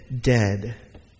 dead